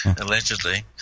Allegedly